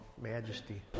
Majesty